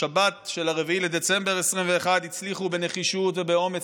בשבת של 4 בדצמבר 2021 הם הצליחו בנחישות ובאומץ